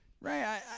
right